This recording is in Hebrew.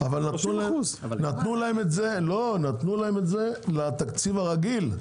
נדמה לי, אבל נתנו להם את זה לתקציב הרגיל.